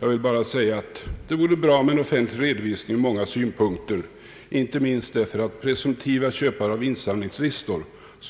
Jag vill bara säga att det vore bra med en offentlig redovisning ur många synpunkter, inte minst därför att presumtiva köpare av insamlingslistor